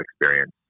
experience